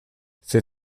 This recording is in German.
für